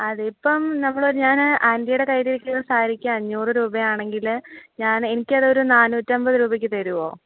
അതിപ്പം നമ്മളൊരു ഞാൻ ആൻറിയുടെ കയ്യിലിരിക്കുന്ന സാരിക്ക് അഞ്ഞൂറ് രൂപയാണെങ്കിൽ ഞാൻ എനിക്ക് അതൊരു നാനൂറ്റമ്പത് രൂപയ്ക്ക് തരുമോ